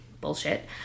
Bullshit